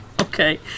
Okay